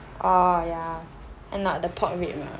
oh ya and not like the pork rib mah